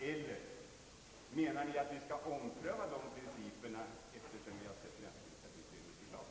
Eller menar ni att vi skall ompröva dessa principer sedan man sett länsdemokratiutredningens förslag.